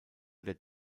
der